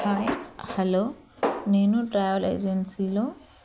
hi hello నేను travel ఏజెన్సీలో